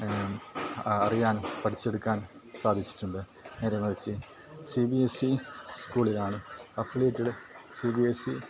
അറിയാൻ പഠിച്ചെടുക്കാൻ സാധിച്ചിട്ടുണ്ട് നേരെ മറിച്ച് സി ബി എസ് സി സ്കൂളിലാണ് affiliated C B S C